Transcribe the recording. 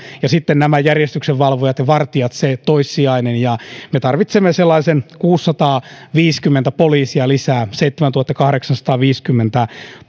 ja nämä järjestyksenvalvojat ja vartijat se toissijainen me tarvitsemme sellaisen kuusisataaviisikymmentä poliisia lisää seitsemäntuhattakahdeksansataaviisikymmentä